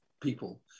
people